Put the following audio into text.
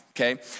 okay